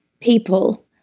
people